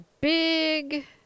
big